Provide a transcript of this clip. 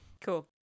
Cool